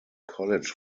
college